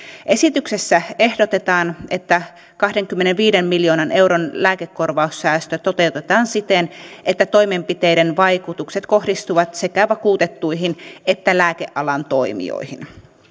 esityksessä ehdotetaan että kahdenkymmenenviiden miljoonan euron lääkekorvaussäästö toteutetaan siten että toimenpiteiden vaikutukset kohdistuvat sekä vakuutettuihin että lääkealan toimijoihin